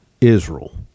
Israel